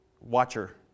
watcher